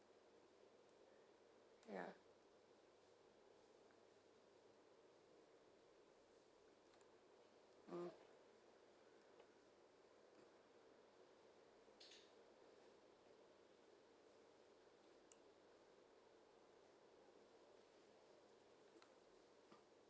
ya mm